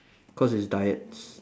cause his diet's